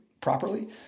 properly